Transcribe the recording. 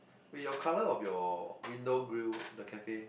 wait your colour of your window grill the cafe